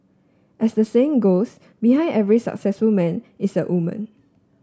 as the saying goes behind every successful man is a woman